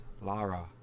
Lara